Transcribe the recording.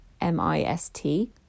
M-I-S-T